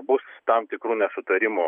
bus tam tikrų nesutarimų